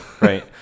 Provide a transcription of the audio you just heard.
Right